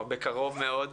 בקרוב מאוד.